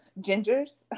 Gingers